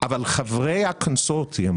אבל חברי הקונסורציום